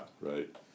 Right